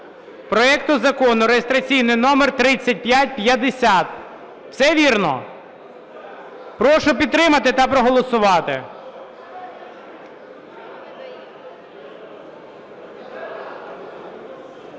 проекту закону (реєстраційний номер 3550). Все вірно? Прошу підтримати та проголосувати.